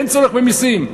אין צורך במסים,